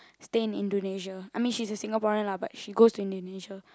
stay in Indonesia I mean she's a Singaporean lah but she goes to Indonesia